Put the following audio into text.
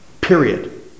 Period